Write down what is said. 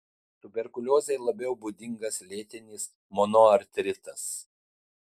tuberkuliozei labiau būdingas lėtinis monoartritas